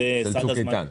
של צוק איתן.